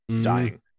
dying